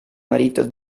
marito